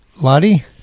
Lottie